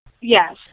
Yes